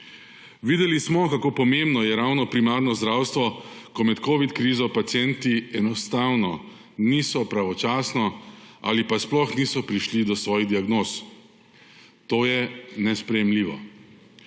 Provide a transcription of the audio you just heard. Videli smo, kako pomembno je ravno primarno zdravstvo, ko med covid krizo pacienti enostavno niso pravočasno ali pa sploh niso prišli do svojih diagnoz. To je nesprejemljivo.